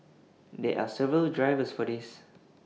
there are several drivers for this